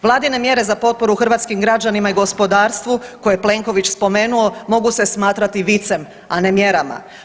Vladine mjere za potporu hrvatskim građanima i gospodarstvu koje je Plenković spomenuo mogu se smatrati vicem, a ne mjerama.